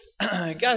Guys